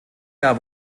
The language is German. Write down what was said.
jahr